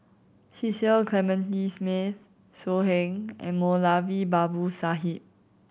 Cecil Clementi Smith So Heng and Moulavi Babu Sahib